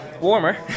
warmer